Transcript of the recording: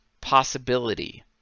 possibility